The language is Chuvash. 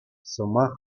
сӑмах